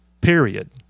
Period